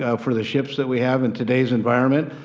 ah for the ships that we have, in today's environment,